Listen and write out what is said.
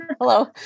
Hello